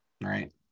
right